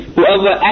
whoever